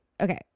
okay